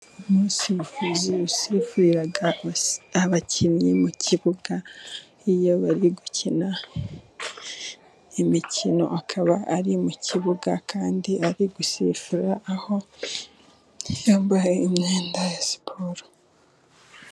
Umusifuzi usifurira abakinnyi mu kibuga iyo bari gukina imikino, akaba ari mu kibuga kandi ari gusifura aho yambaye imyenda ya siporo.